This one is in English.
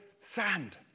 sand